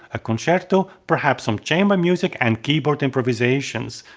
a concerto, perhaps some chamber music and keyboard improvisations.